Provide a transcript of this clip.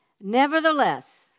nevertheless